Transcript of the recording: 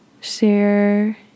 share